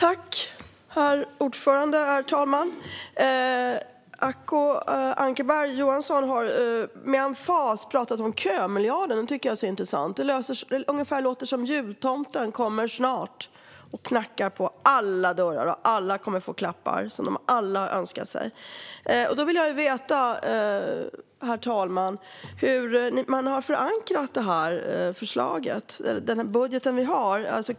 Herr talman! Acko Ankarberg Johansson har med emfas talat om kömiljarden, och det tycker jag är intressant. Det låter ungefär som att jultomten snart ska komma och knacka på alla dörrar och att alla ska få klappar som de har önskat sig. Jag vill veta hur man har förankrat det här förslaget och den budget vi har, herr talman.